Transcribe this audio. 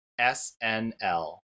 snl